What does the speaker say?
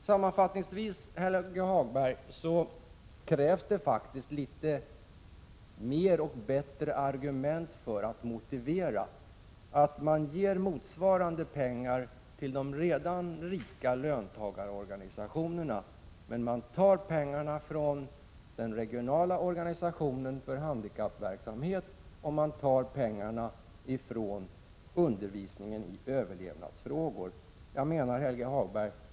Sammanfattningsvis: Det krävs, Helge Hagberg, faktiskt litet fler och bättre argument för att man ger motsvarande pengar till de redan rika löntagarorganisationerna men tar pengar från den regionala organisationen för handikappverksamhet och från undervisningen i överlevnadsfrågor.